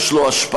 יש לו השפעה,